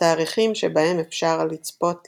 התאריכים שבהם אפשר לצפות